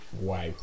Wow